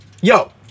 Yo